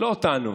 לא אותנו,